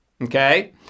Okay